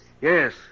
Yes